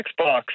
Xbox